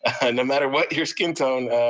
no matter what your skin tone,